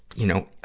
you know,